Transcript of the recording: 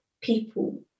people